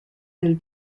del